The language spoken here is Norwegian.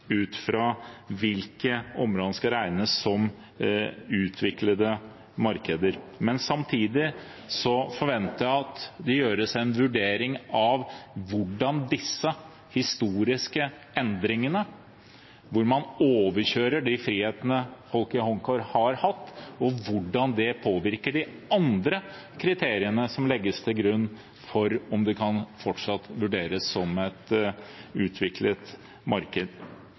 ut fra hvilke områder som skal regnes som utviklede markeder, men samtidig forventer jeg at det gjøres en vurdering av hvordan disse historiske endringene, hvor man overkjører de frihetene folk i Hongkong har hatt, påvirker de andre kriteriene som legges til grunn for om det fortsatt kan vurderes som et utviklet marked.